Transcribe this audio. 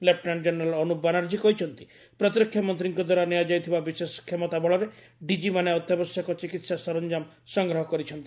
ଲେପୁନାର୍କ୍ଷ general Anup Banerjee କହିଛନ୍ତି ପ୍ରତିରକ୍ଷା ମନ୍ତ୍ରୀଙ୍କ ଦ୍ୱାରା ଦିଆଯାଇଥିବା ବିଶେଷ କ୍ଷମତା ବଳରେ ଡିଜିମାନେ ଅତ୍ୟାବଶ୍ୟକ ଚିକିତ୍ସା ସରଞ୍ଜାମ ସଂଗ୍ରହ କରିଛନ୍ତି